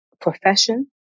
profession